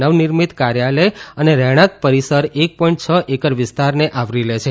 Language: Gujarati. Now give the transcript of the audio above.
નવનિર્મિત કાર્યાલય અને રહેણાંક પરીસર એક પોઇન્ટ છ એકર વિસ્તારને આવરી લે છે